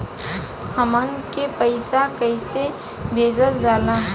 हमन के पईसा कइसे भेजल जाला?